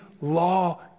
law